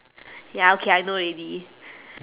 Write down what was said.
ya okay I know already